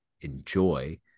enjoy